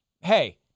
Hey